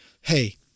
Hey